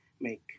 make